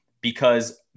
because-